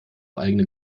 eigene